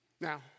Now